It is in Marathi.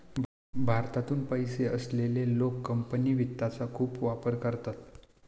भारतातून पैसे असलेले लोक कंपनी वित्तचा खूप वापर करतात